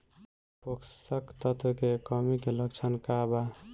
पोषक तत्व के कमी के लक्षण का वा?